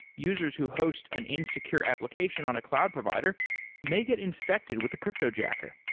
users who host an insecure application on a cloud provider make it infected with a cryptojacker.